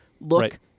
look—